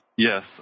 Yes